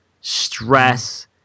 stress